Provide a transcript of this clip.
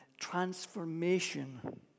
transformation